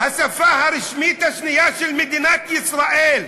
השפה הרשמית השנייה של מדינת ישראל,